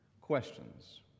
questions